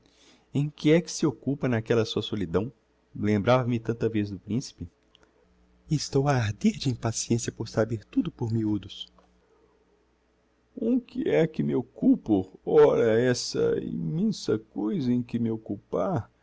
em que é que se occupa n'aquella sua solidão lembrava-me tanta vez do principe estou a arder de impaciencia por saber tudo por miudos em que é que me occupo ora essa immensa coisa em que me occupar